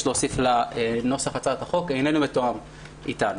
להוסיף לנוסח הצעת החוק אינו מתואם אתנו.